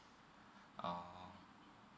oh